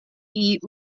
eat